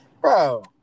Bro